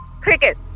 Cricket